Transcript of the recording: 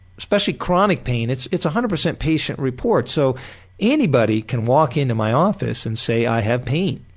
especially chronic pain, it's it's a hundred percent patient report, so anybody can walk into my office and say, i have pain.